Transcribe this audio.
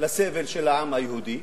לסבל של העם היהודי,